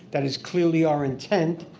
that is clearly our intent.